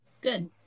good